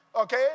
Okay